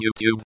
YouTube